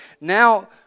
now